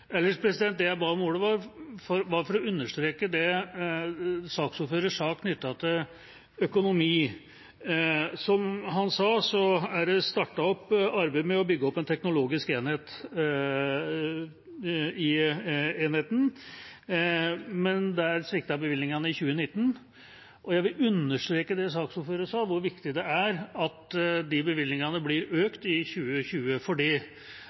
ba jeg om ordet for å understreke det saksordføreren sa knyttet til økonomi. Som han sa, er det startet et arbeid med å bygge opp en teknologisk enhet i enheten, men der sviktet bevilgningene i 2019. Jeg vil understreke det saksordføreren sa om hvor viktig det er at de bevilgningene blir økt i 2020,